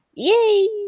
Yay